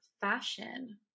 fashion